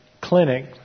clinic